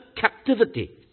captivity